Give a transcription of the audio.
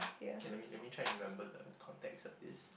kay let me let me try to remember the context of this